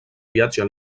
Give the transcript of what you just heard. viatge